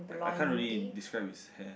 I I can't really describe his hair